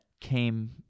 came